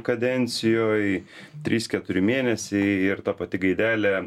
kadencijoj trys keturi mėnesiai ir ta pati gaidelė